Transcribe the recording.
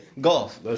golf